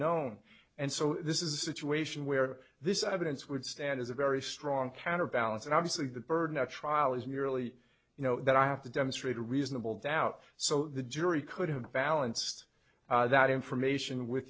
known and so this is a situation where this evidence would stand as a very strong counterbalance and obviously the burden of a trial is merely you know that i have to demonstrate a reasonable doubt so the jury could have balanced that information with